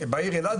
בעיר אילת,